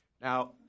Now